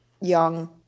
young